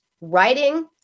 writing